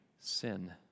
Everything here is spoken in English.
sin